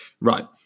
right